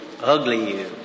ugly